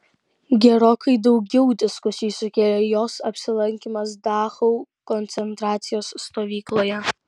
gerokai daugiau diskusijų sukėlė jos apsilankymas dachau koncentracijos stovykloje